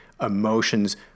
emotions